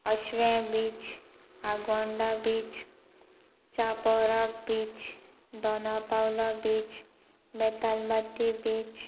Ashwem beach Agonda beach Chapora beach Dona Paula beach Betalbatim beach